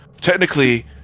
technically